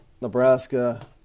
Nebraska